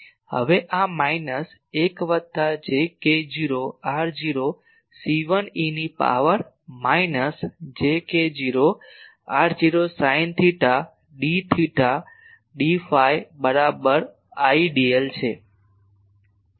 તેથી આ માઈનસ 1 વત્તા j k0 r0 C1 eની power minus j K0 r0 sine theta d theta d phi બરાબર I